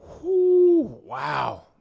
Wow